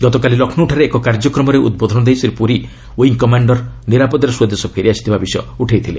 ଗତକାଲି ଲକ୍ଷ୍ନୌଠାରେ ଏକ କାର୍ଯ୍ୟକ୍ରମରେ ଉଦ୍ବୋଧନ ଦେଇ ଶ୍ରୀ ପୁରୀ ୱିଙ୍ଗ୍ କମାଣ୍ଡର୍ ନିରାପଦରେ ସ୍ୱଦେଶରେ ଫେରିଆସିଥିବା ବିଷୟ ଉଠାଇଥିଲେ